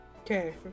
Okay